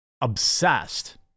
obsessed